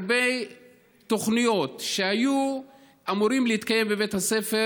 הרבה תוכניות שהיו אמורות להתקיים בבית הספר,